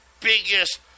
biggest